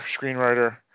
screenwriter